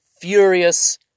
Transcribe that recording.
furious